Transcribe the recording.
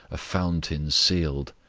a fountain sealed.